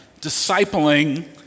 discipling